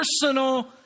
personal